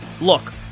Look